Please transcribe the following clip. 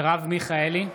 מרב מיכאלי,